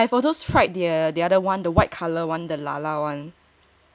I've also tried the other one the white colour one the lala one